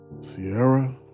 Sierra